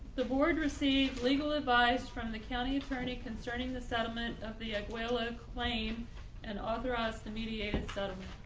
the board receive legal advice from the county attorney concerning the settlement of the aquella claim and authorize the mediated sort of